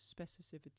Specificity